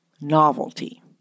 novelty